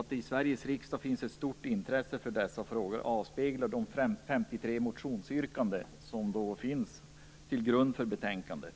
Att det finns ett stort intresse för dessa frågor i Sveriges riksdag avspeglar de 53 motionsyrkanden som finns till grund för betänkandet.